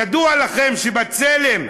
ידוע לכם ש"בצלם"